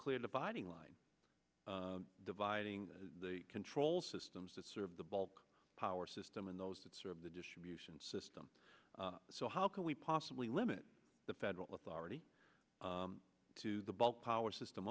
clear dividing line dividing the control systems that serve the bulk power system and those that serve the distribution system so how can we possibly limit the federal authority to the ball power system